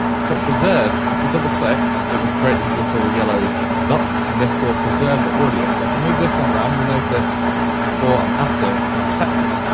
so it preserves, if we double click, it will create these little yellow dots and this will preserve the audio. so if i move this one around you'll notice before and after is not affected.